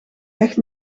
echt